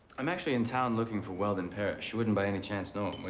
i am actually in town looking for weldon parish. you wouldn't by any chance know him,